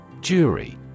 Jury